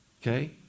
okay